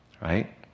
right